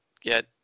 get